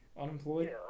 Unemployed